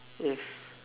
yes